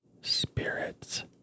Spirits